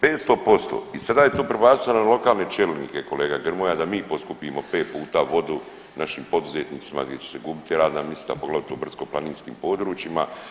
500% i sada je to prebacila na lokalne čelnike kolega Grmoja da mi poskupimo 5 puta vodu našim poduzetnicima gdje će se gubiti radna mista poglavito u brdsko-planinskim područjima.